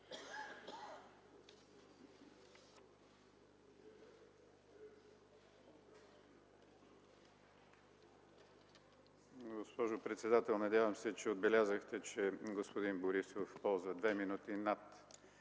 Госпожо председател, надявам се, че отбелязахте, че господин Борисов ползва 2 минути над